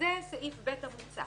וזה סעיף (ב) המוצע.